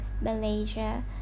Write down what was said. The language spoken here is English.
Malaysia